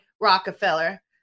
Rockefeller